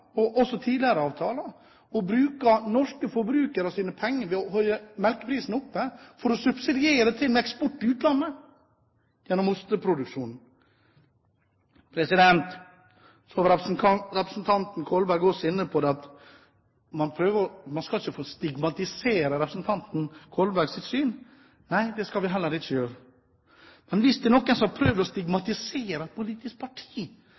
og også i tidligere avtaler, norske forbrukeres penger ved å holde melkeprisen oppe, for å subsidiere til og med eksport til utlandet – gjennom osteproduksjon. Representanten Kolberg var også inne på at man ikke skal stigmatisere representanten Kolbergs syn. Nei, det skal vi heller ikke gjøre. Men hvis det er noen som har prøvd å stigmatisere et politisk parti